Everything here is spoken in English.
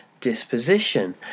disposition